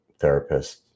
therapist